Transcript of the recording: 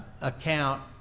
account